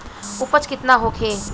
उपज केतना होखे?